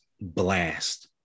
blast